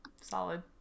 Solid